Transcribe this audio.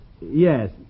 Yes